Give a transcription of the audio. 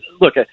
look